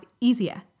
easier